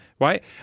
right